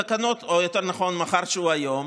או יותר נכון, מחר שהוא היום?